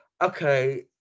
Okay